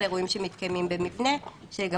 אז אם אנחנו כבר לא נהנים,